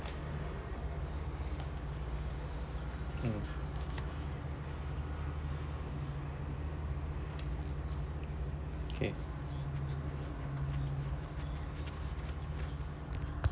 mm kay